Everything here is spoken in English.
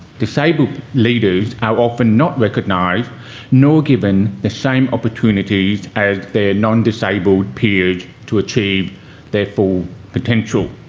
disabled leaders are often not recognised nor given the same opportunities as their non-disabled peers to achieve their full potential.